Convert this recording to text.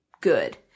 good